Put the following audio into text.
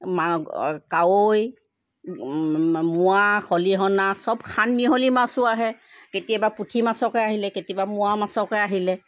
মা কাৱৈ মোৱা খলিহনা চব সানমিহলি মাছো আহে কেতিয়াবা পুঠি মাছকে আহিলে কেতিয়াবা মোৱা মাছকে আহিলে